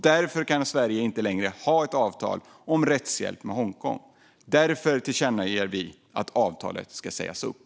Därför kan Sverige inte längre ha ett avtal om rättshjälp med Hongkong. Därför tillkännager vi att avtalet ska sägas upp.